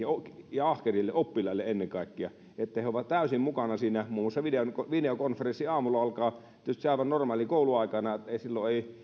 ja ahkerille oppilaille ennen kaikkea että he ovat täysin mukana siinä muun muassa videokonferenssi aamulla alkaa tietysti aivan normaalina kouluaikana silloin ei